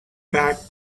back